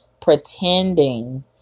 pretending